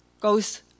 goes